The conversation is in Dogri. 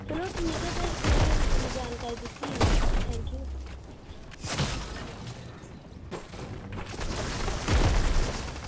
चलो ठीक ऐ फिर तुसें इन्नी जानकारी दित्ती थैंक यू